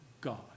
God